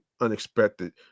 unexpected